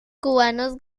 cubanos